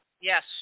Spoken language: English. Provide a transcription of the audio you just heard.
Yes